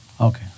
Okay